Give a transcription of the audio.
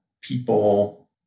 People